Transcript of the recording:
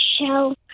show